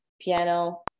piano